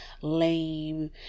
lame